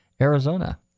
Arizona